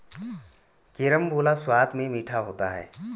carambola स्वाद में मीठा होता है